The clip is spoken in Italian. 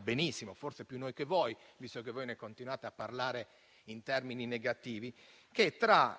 benissimo - forse più noi che voi, visto che ne continuate a parlare in termini negativi - che tra